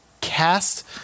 cast